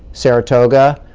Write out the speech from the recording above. saratoga,